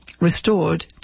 restored